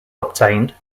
obtained